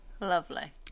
lovely